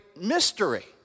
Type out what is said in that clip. mystery